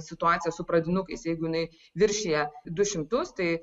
situacija su pradinukais jeigu jinai viršija du šimtus tai